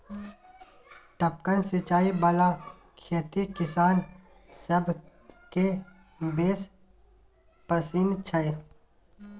टपकन सिचाई बला खेती किसान सभकेँ बेस पसिन छै